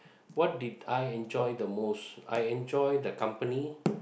what did I enjoy the most I enjoy the company